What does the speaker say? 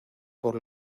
por